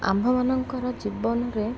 ଆମ୍ଭମାନଙ୍କର ଜୀବନରେ